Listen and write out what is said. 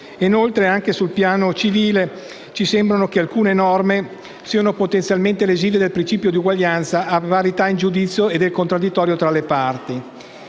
Inoltre, anche sul piano civile abbiamo l'impressione che alcune norme siano potenzialmente lesive del principio di uguaglianza e parità in giudizio e del contraddittorio tra le parti.